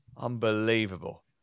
Unbelievable